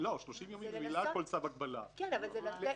ממילא כל צו הגבלה 30 יום.